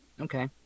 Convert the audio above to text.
okay